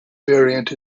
variant